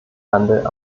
handel